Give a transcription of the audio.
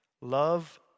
Love